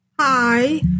Hi